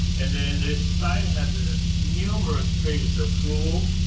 and then this side has ah numerous case approval,